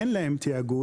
אין להם תיאגוד.